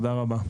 תודה רבה.